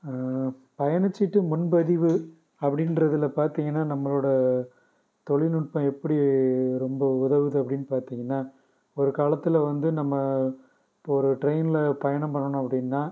பயணச்சீட்டு முன்பதிவு அப்படின்றதுல பார்த்திங்கன்னா நம்மளோடய தொழில்நுட்பம் எப்படி ரொம்ப உதவுது அப்படின் பார்த்திங்கன்னா ஒரு காலத்தில் வந்து நம்ம இப்போ ஒரு ட்ரெயினில் பயணம் பண்ணணும் அப்படின்னா